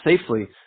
safely